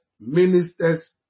ministers